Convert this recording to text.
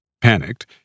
Panicked